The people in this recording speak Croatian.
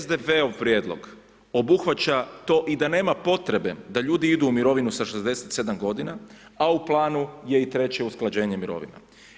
SDP-ov prijedlog obuhvaća to i da nema potrebe da ljudi idu u mirovinu sa 67 godina, a u planu je i treće usklađenje mirovina.